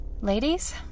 Ladies